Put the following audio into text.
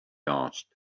asked